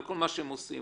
על כל מה שהם עושים.